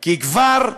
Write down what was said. כי כבר נפסק,